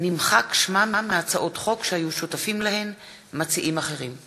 הצעת חוק בחינת מעמדם של